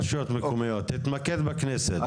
רשויות מקומיות תתמקד בכנסת,